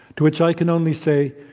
to which i can only say,